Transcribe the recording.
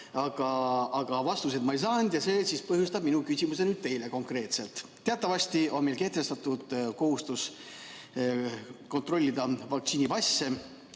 Aga vastuseid ma ei saanud ja see põhjustab mu küsimuse suunamise konkreetselt teile. Teatavasti on meil kehtestatud kohustus kontrollida vaktsiinipasse.